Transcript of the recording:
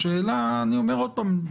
אני אומר עוד פעם,